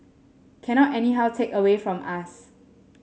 cannot anyhow take away from us